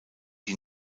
die